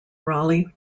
raleigh